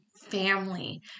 family